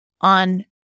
on